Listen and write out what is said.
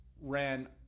ran